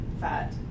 fat